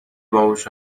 باهوش